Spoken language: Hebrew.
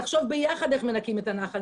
לחשוב ביחד איך מנקים את הנחל,